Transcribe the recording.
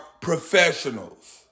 professionals